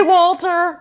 Walter